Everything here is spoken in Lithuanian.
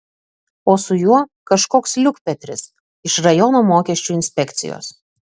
o su juo kažkoks liukpetris iš rajono mokesčių inspekcijos